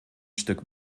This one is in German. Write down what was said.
stück